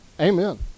Amen